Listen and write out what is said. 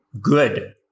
good